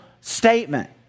statement